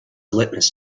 litmus